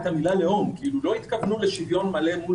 המילה "לאום" כי לא התכוונו לשוויון מלא.